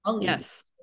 Yes